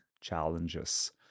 challenges